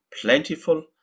plentiful